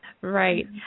Right